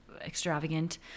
extravagant